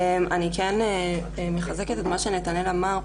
אני כן מחזקת את מה שנתנאל אמר.